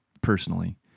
personally